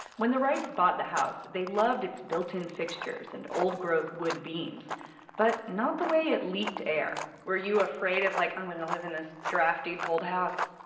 when the wrights bought the house, they loved its built-in fixtures and old-growth wood beams but not the way it leaked air were you afraid that, like i'm gonna live in this drafty old house